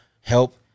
help